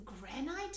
granite